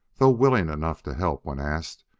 though willing enough to help when asked,